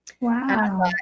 Wow